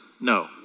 No